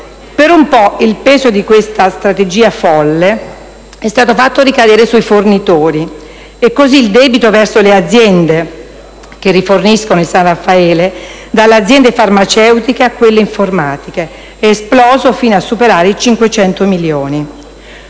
Per un po' il peso di questa strategia folle è stato fatto ricadere sui fornitori. E così il debito verso le aziende che riforniscono il San Raffaele, dalle aziende farmaceutiche a quelle informatiche, è esploso fino a superare i 500 milioni.